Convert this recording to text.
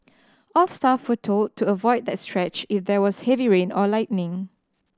all staff were told to avoid that stretch if there was heavy rain or lightning